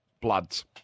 bloods